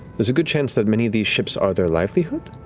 there's a good chance that many of these ships are their livelihood.